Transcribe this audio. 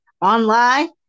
Online